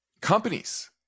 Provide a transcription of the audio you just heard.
companies